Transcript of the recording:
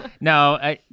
No